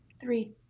Three